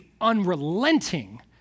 unrelenting